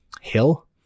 hill